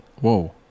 Whoa